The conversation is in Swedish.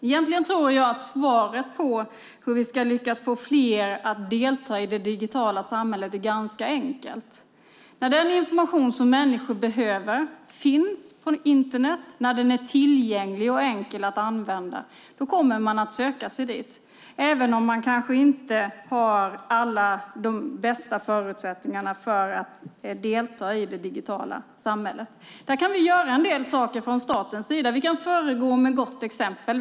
Egentligen tror jag att svaret på hur vi ska lyckas få fler att delta i det digitala samhället är ganska enkelt. När den information som människor behöver finns på Internet, när den är tillgänglig och enkel att använda, kommer man att söka sig dit även om man kanske inte har de allra bästa förutsättningarna för att delta i det digitala samhället. Där kan vi från statens sida göra en del. Vi kan föregå med gott exempel.